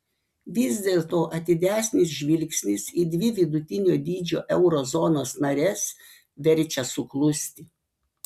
vis dėlto atidesnis žvilgsnis į dvi vidutinio dydžio euro zonos nares verčia suklusti